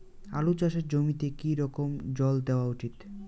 আলু চাষের জমিতে কি রকম জল দেওয়া উচিৎ?